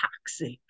toxic